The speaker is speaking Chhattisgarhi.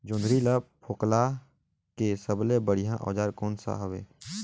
जोंदरी ला फोकला के सबले बढ़िया औजार कोन सा हवे?